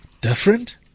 Different